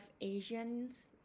Asians